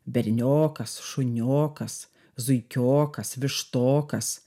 berniokas šuniokas zuikiokas vištokas